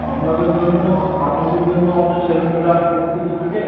আপনাদের জন্য আপনাদের জন্য আমাদের ছেলেমেয়েরা সুরক্ষিত থাকে